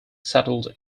settled